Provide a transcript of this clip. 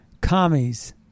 commies